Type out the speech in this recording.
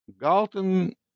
Galton